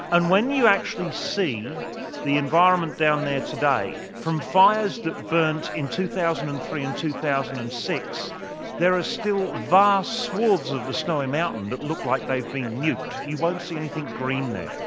and when you actually see the environment down there today from fires that burnt in two thousand and three and two thousand and six there are still vast swathes of the snowy mountain that look like they've been nuked. you won't see anything green there.